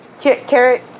carrot